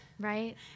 Right